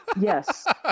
Yes